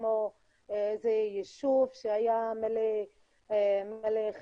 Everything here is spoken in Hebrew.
כמו יישוב שהיה מלא חירשים,